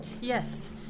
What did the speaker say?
Yes